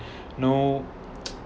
no